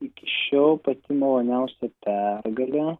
iki šiol pati maloniausia pergalė